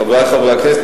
חברי חברי הכנסת,